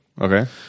Okay